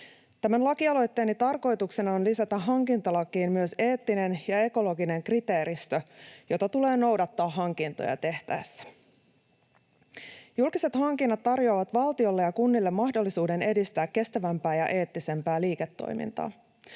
Tämän lakialoitteeni tarkoituksena on lisätä hankintalakiin myös eettinen ja ekologinen kriteeristö, jota tulee noudattaa hankintoja tehtäessä. Julkiset hankinnat tarjoavat valtiolle ja kunnille mahdollisuuden edistää kestävämpää ja eettisempää liiketoimintaa.